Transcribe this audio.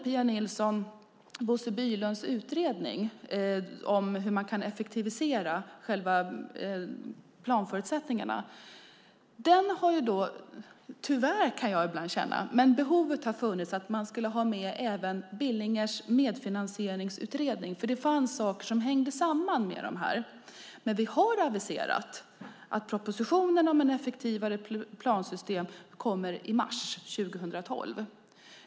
Pia Nilsson nämnde Bo Bylunds utredning om att effektivisera planförutsättningarna. Tyvärr, kan jag ibland känna, har det funnits ett behov av att ha med även Billingers medfinansieringsutredning, för det finns saker som hänger samman. Men vi har aviserat att propositionen om ett effektivare plansystem kommer i mars 2012.